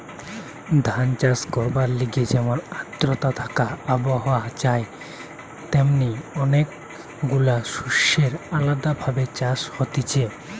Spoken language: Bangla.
ধান চাষ করবার লিগে যেমন আদ্রতা থাকা আবহাওয়া চাই তেমনি অনেক গুলা শস্যের আলদা ভাবে চাষ হতিছে